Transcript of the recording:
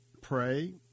pray